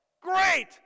Great